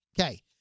Okay